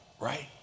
right